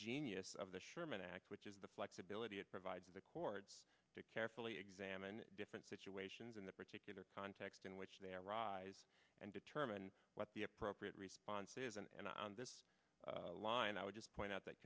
genius of the sherman act which is the flexibility it provides the courts to carefully examine different situations in the particular context in which they arise and determine what the appropriate response is and on this line i would just point out that